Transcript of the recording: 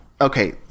okay